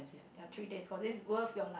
ya three days course it's worth your life